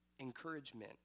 Encouragement